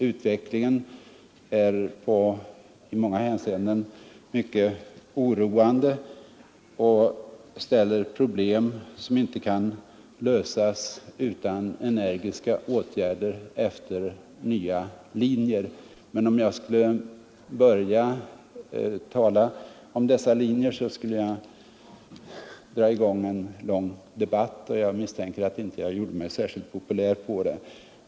Utvecklingen är i många hänseenden oroande och ställer problem som inte kan lösas utan energiska åtgärder efter nya linjer. Men om jag skulle börja tala om dessa linjer skulle jag dra i gång en lång debatt, och jag misstänker att jag inte skulle göra mig särskilt populär med det.